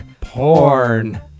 porn